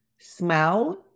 Smell